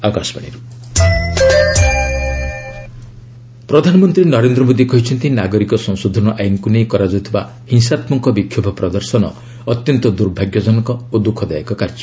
PM citizenship ପ୍ରଧାନମନ୍ତ୍ରୀ ନରେନ୍ଦ୍ର ମୋଦୀ କହିଛନ୍ତି ନାଗରିକ ସଂଶୋଧନ ଆଇନ୍କୁ ନେଇ କରାଯାଉଥିବା ହିଂସାତ୍କକ ବିକ୍ଷୋଭ ପ୍ରଦର୍ଶନ ଅତ୍ୟନ୍ତ ଦୁର୍ଭାଗ୍ୟଜନକ ଓ ଦୁଃଖଦାୟକ କାର୍ଯ୍ୟ